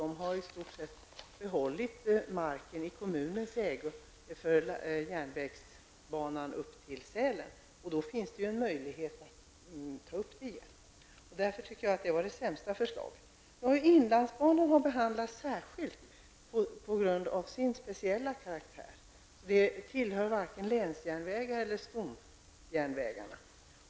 Man har behållit järnvägsmarken upp till Sälen i kommunens ägo. Därmed har man möjligheten kvar att åter ta upp trafiken. Nu har inlandsbanan behandlats särskilt på grund av sin speciella karaktär. Inlandsbanan tillhör varken länsjärnvägarna eller stomjärnvägarna.